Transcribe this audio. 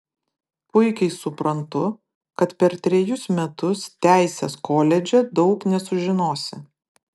puikiai suprantu kad per trejus metus teisės koledže daug nesužinosi